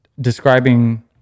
describing